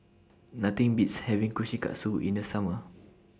Nothing Beats having Kushikatsu in The Summer